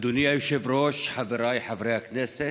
אדוני היושב-ראש, חבריי חברי הכנסת,